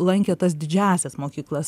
lankė tas didžiąsias mokyklas